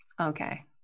Okay